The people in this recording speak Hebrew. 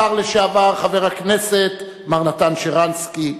השר לשעבר, חבר הכנסת לשעבר מר נתן שרנסקי,